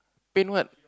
pain what